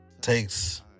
Takes